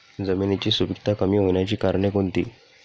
जमिनीची सुपिकता कमी होण्याची कारणे कोणती?